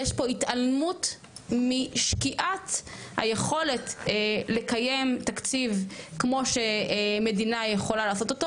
יש פה התעלמות משקיעת היכולת לקיים תקציב כמו שמדינה יכולה לעשות אותו,